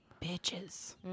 bitches